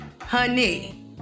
Honey